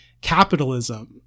capitalism